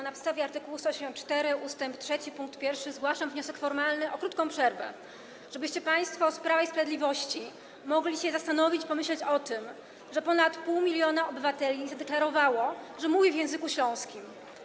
Na podstawie art. 184 ust. 3 pkt 1 zgłaszam wniosek formalny o krótką przerwę, żebyście państwo z Prawa i Sprawiedliwości mogli się zastanowić, pomyśleć o tym, że ponad pół miliona obywateli zadeklarowało, że mówi w języku śląskim.